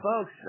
folks